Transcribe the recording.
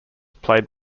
played